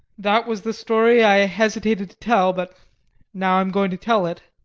that was the story i hesitated to tell, but now i'm going to tell it.